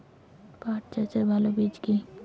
পাঠ চাষের ভালো বীজ?